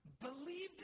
believed